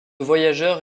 voyageurs